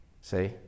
See